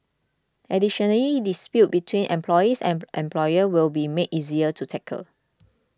additionally disputes between employees and employers will be made easier to tackle